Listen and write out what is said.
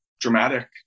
dramatic